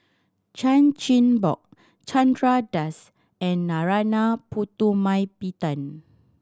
Chan Chin Bock Chandra Das and Narana Putumaippittan